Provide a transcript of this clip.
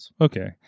okay